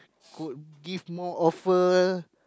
could give more offer